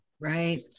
Right